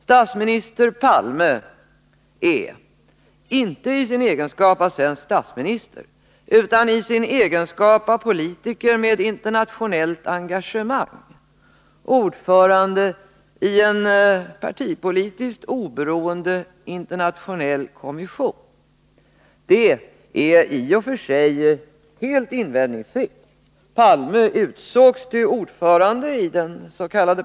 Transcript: Statsminister Palme är — inte i sin egenskap av svensk statsminister utan i sin egenskap av politiker med internationellt engagemang — ordförande i en partipolitiskt oberoende internationell kommission. Det är i och för sig helt invändningsfritt. Palme utsågs till ordförande i dens.k.